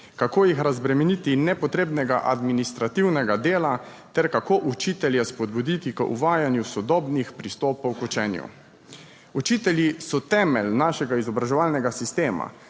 kako jih razbremeniti nepotrebnega administrativnega dela ter kako učitelje spodbuditi k uvajanju sodobnih pristopov k učenju? Učitelji so temelj našega izobraževalnega sistema,